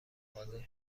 حاضر